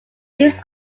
these